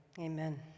Amen